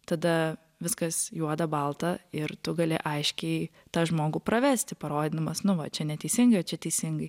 tada viskas juoda balta ir tu gali aiškiai tą žmogų pravesti parodydamas nu va čia neteisingai o čia teisingai